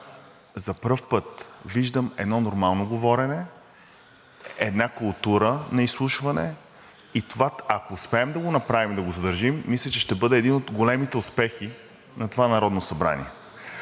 за пръв път виждам едно нормално говорене, една култура на изслушване и това, ако успеем да го направим, да го задържим, мисля, че ще бъде един от големите успехи на това Народно събрание.